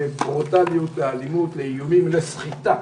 לברוטליות, לאלימות, לאיומים, לסחיטה.